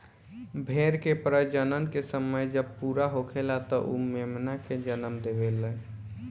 भेड़ के प्रजनन के समय जब पूरा होखेला त उ मेमना के जनम देवेले